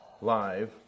Live